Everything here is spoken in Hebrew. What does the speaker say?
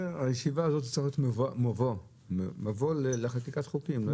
הישיבה הזאת צריכה להיות מבוא לחקיקת חוקים.